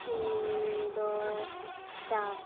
ᱤᱧᱻ ᱫᱚᱻ ᱪᱟᱴ